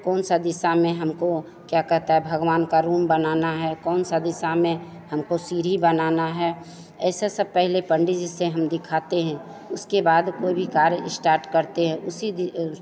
कौन सा दिशा में हमको क्या कहता है भगवान का रूम बनाना है कौन सा दिशा में हमको सीढ़ी बनाना है ऐसा हम पहले पंडित जी से हम दिखाते हैं उसके बाद कोई भी कार्य स्टार्ट करते हैं उसी दिन